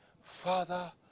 Father